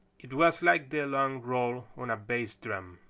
it was like the long roll on a bass drum.